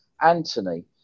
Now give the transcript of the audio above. Anthony